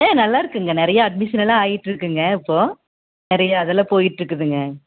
ஆ நல்லா இருக்குங்க நிறைய அட்மிஷனெல்லாம் ஆகிட்டுருக்குங்க இப்போது நிறைய அதெல்லாம் போயிட்டு இருக்குதுங்க